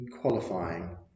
qualifying